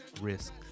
risk